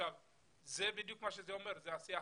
עשייה חברתית,